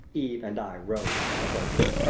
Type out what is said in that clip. eve and i rose in our places.